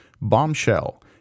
Bombshell